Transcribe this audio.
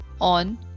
on